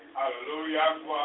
Hallelujah